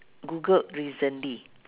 googled recently